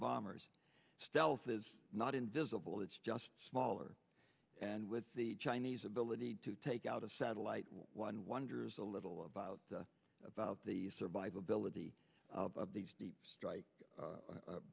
bombers stealth is not invisible it's just smaller and with the chinese ability to take out a satellite one wonders a little about about the survivability of these strike